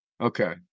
okay